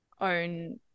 own